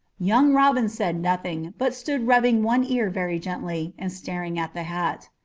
young robin said nothing, but stood rubbing one ear very gently, and staring at the hat.